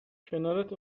کنارت